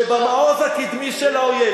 שבמעוז הקדמי של האויב,